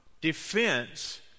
defense